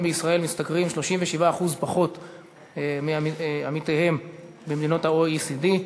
בישראל נמוך ב-37% משכר עמיתיהם במדינות ה-OECD,